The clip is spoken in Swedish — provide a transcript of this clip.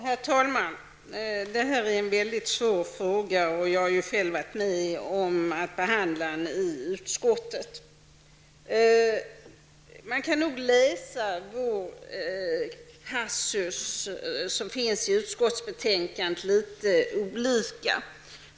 Herr talman! Detta är en mycket svår fråga, och jag har själv varit med om att behandla den i utskottet. Man kan nog läsa den nämnda passusen i utskottsbetänkandet litet olika.